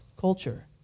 culture